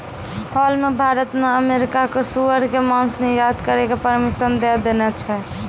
हाल मॅ भारत न अमेरिका कॅ सूअर के मांस निर्यात करै के परमिशन दै देने छै